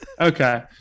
Okay